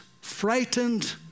frightened